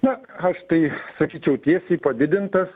na aš tai sakyčiau tiesiai padidintas